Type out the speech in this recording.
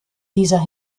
dieser